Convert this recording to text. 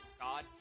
God